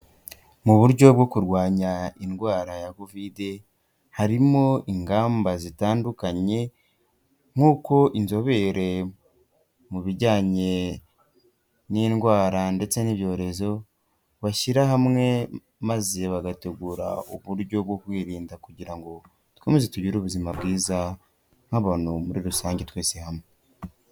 Mu buryo bwo kurwanya indwara ya covide, harimo ingamba zitandukanye nk'uko inzobere mu bijyanye n'indwara ndetse n'ibyorezo, bashyira hamwe maze bagategura uburyo bwo kwirinda kugira ngo dukomeze tugire ubuzima bwiza nk'abantu muri rusange twese hamwe.